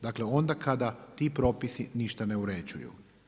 Dakle, onda kada ti propisi ništa ne uređuju.